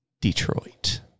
Detroit